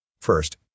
First